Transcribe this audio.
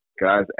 Guys